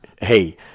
hey –